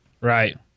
Right